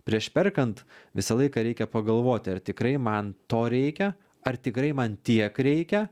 prieš perkant visą laiką reikia pagalvoti ar tikrai man to reikia ar tikrai man tiek reikia